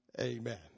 Amen